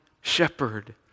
shepherd